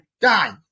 die